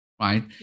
Right